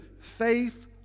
faith